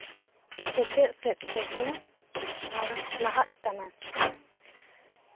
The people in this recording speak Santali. ᱥᱮᱪᱮᱫ ᱥᱮᱫ ᱛᱮᱠᱚ ᱞᱟᱦᱟᱜ ᱠᱟᱱᱟ